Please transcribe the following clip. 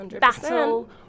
battle